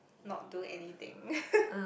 not do anything